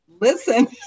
listen